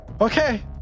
okay